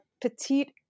petite